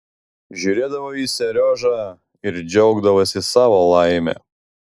žiūrėdavo į seriožą ir džiaugdavosi savo laime